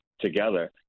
together